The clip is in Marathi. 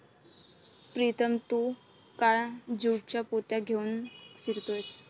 प्रीतम तू का ज्यूटच्या पोत्या घेऊन फिरतोयस